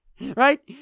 Right